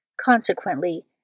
Consequently